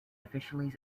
officially